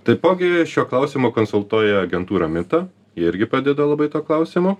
taipogi šiuo klausimu konsultuoja agentūra mita irgi padeda labai tuo klausimu